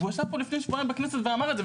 הוא ישב פה לפני שבועיים בכנסת ואמר את זה,